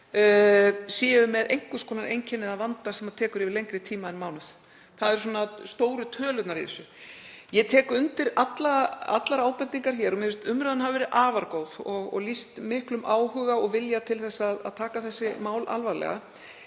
séu með einhvers konar einkenni eða vanda sem tekur yfir lengri tíma en mánuð. Það eru stóru tölurnar í þessu. Ég tek undir allar ábendingar hér. Mér finnst umræðan hafa verið afar góð og lýst miklum áhuga og vilja til að taka þessi mál alvarlega.